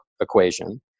equation